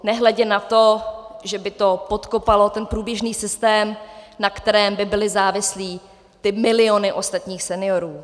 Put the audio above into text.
Nehledě na to, že by to podkopalo průběžný systém, na kterém by byly závislé ty miliony ostatních seniorů.